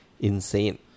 insane